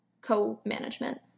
co-management